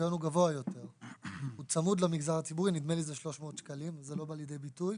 טור 1 טור 2 טור 3 טור 4 רכיבי שכר ערך שעה לעובד ניקיון